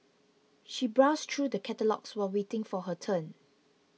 she browsed through the catalogues while waiting for her turn